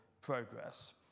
progress